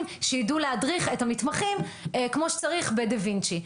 שיידעו להדריך את המתמחים כמו שצריך בדה וינצ'י.